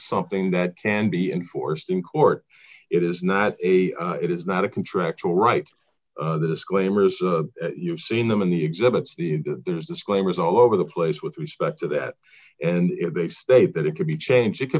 something that can be enforced in court it is not a it is not a contractual right disclaimers you've seen them in the exhibits there's disclaimers all over the place with respect to that and if they state that it can be changed it c